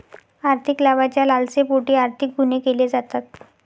आर्थिक लाभाच्या लालसेपोटी आर्थिक गुन्हे केले जातात